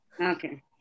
Okay